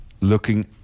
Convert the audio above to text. looking